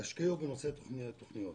תשקיעו בנושא תכנון תוכניות,